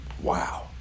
Wow